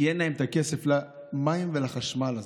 כי אין להם את הכסף למים ולחשמל הזה.